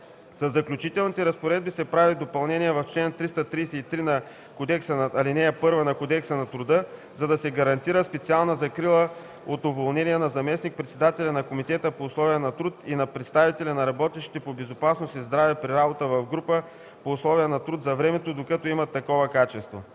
Със Заключителните разпоредби се прави допълнение в чл. 333, ал. 1 на Кодекса на труда, за да се гарантира специална закрила от уволнение на заместник-председателя на Комитета по условия на труд и на представителя на работещите по безопасност и здраве при работа в групата по условия на труд за времето, докато имат такова качество.